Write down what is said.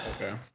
Okay